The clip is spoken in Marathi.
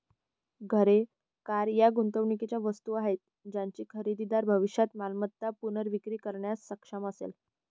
घरे, कार या गुंतवणुकीच्या वस्तू आहेत ज्याची खरेदीदार भविष्यात मालमत्ता पुनर्विक्री करण्यास सक्षम असेल